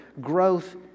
growth